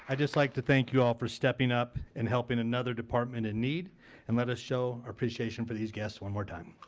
just like to thank you all for stepping up and helping another department in need and let us show our appreciation for these guests one more time.